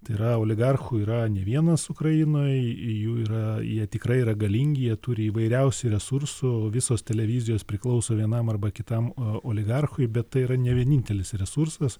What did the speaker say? tai yra oligarchų yra ne vienas ukrainoj jų yra jie tikrai yra galingi jie turi įvairiausių resursų visos televizijos priklauso vienam arba kitam oligarchui bet tai yra ne vienintelis resursas